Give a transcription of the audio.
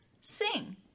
sing